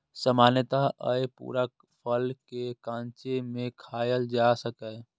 सामान्यतः अय पूरा फल कें कांचे मे खायल जा सकैए